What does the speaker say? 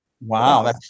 Wow